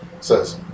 says